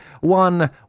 one